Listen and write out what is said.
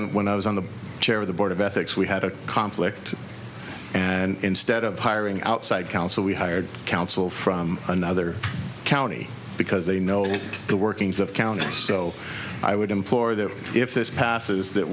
when i was on the chair of the board of ethics we had a conflict and instead of hiring outside counsel we hired counsel from another county because they know the workings of county so i would implore them if this passes that